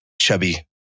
chubby